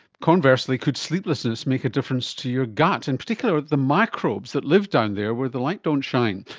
conversely, could sleeplessness make a difference to your gut, in particular the microbes that live down there where the light don't shine.